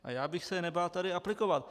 A já bych se je nebál tady aplikovat.